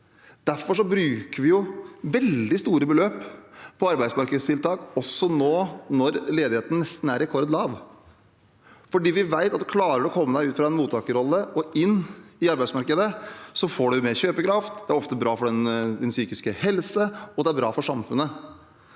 Derfor bruker vi veldig store beløp på arbeidsmarkedstiltak også nå når ledigheten nesten er rekordlav. For vi vet at klarer man å komme seg ut av en mottakerrolle og inn i arbeidsmarkedet, får man mer kjøpekraft, og det er ofte bra for den psykiske helsen, og det er bra for samfunnet.